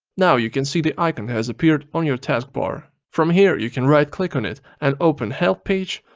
now you can see the icon has appeared on your taskbar. from here you can right click on it and open help page,